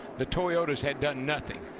the toyotas had done nothing.